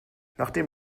nachdem